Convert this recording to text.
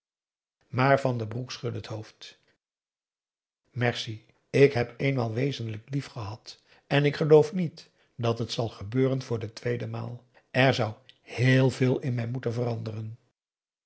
maar van den broek schudde het hoofd merci ik heb eenmaal wezenlijk lief gehad en ik geloof niet dat het zal gebeuren voor de tweede maal er zou heel veel in mij moeten veranderen